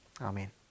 Amen